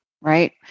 Right